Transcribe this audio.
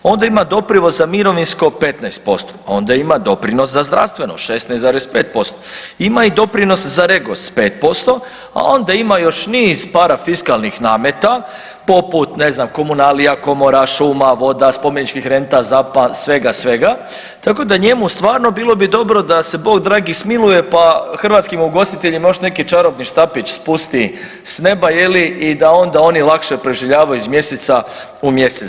Onda ima doprinos za mirovinsko 15%, onda ima doprinos za zdravstveno 16,5%, ima i doprinos za REGOS 5%, a onda ima još niz parafiskalnih nameta poput ne znam komunalija, komora, šuma, voda, spomeničkih renta, ZAP-a, svega, svega, tako da njemu stvarno bilo bi dobro da se Bog dragi smiluje pa hrvatskim ugostiteljima mož neki čarobni štapić spusti s neba i da ona oni lakše preživljavaju iz mjeseca u mjesec.